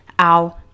ow